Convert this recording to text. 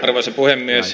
arvoisa puhemies